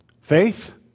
Faith